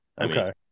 Okay